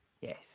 Yes